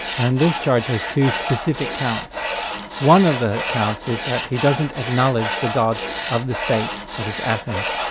and this charge has two specific counts one of the counts is that he doesn't acknowledge the gods of the state, that is athens,